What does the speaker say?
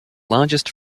largest